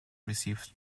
received